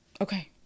okay